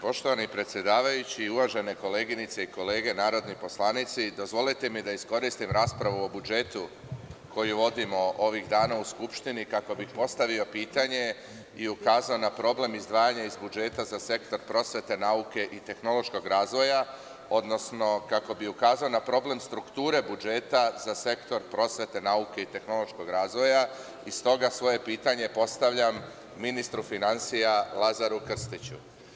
Poštovani predsedavajući, uvažene koleginice i kolege narodni poslanici, dozvolite mi da iskoristim raspravu o budžetu koju vodimo ovih dana u Skupštini, kako bih postavio pitanje i ukazao na problem izdvajanja iz budžeta za sektor prosvete, nauke i tehnološkog razvoja, odnosno kako bih ukazao na problem strukture budžeta za sektor prosvete, nauke i tehnološkog razvoja i stoga svoje pitanje postavljam ministru finansija, Lazaru Krstiću.